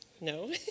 No